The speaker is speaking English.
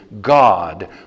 God